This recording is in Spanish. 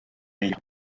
ella